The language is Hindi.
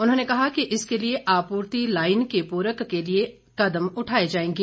उन्होंने कहा कि इसके लिए आपूर्ति लाईन के पूरक के लिए कदम उठाए जाएंगे